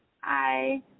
Hi